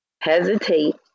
hesitate